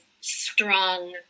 strong